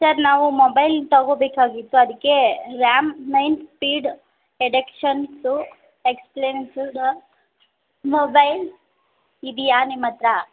sir ನಾವು mobile ತಗೊಬೇಕಾಗಿತ್ತು ಅದಕ್ಕೆ ರ್ಯಾಮ್ ಮೈನ್ ಸ್ಪೀಡ್ ಎಡೆಕ್ಷನ್ಸು ಮೊಬೈಲ್ ಇದೆಯಾ ನಿಮ್ಮ ಹತ್ರ